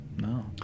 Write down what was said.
No